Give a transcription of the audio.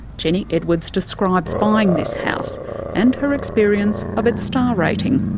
jenny edwards describes buying this house and her experience of its star rating.